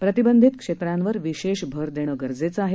प्रतिबंधित क्षेत्रांवर विशेष भर देणं गरजेचं आहे